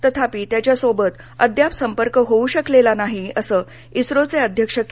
तथापि त्याच्यासोबत अद्याप संपर्क होऊ शकलेला नाही असं इस्रोचे अध्यक्ष के